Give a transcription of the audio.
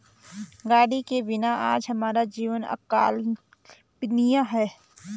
गाड़ी के बिना आज हमारा जीवन अकल्पनीय है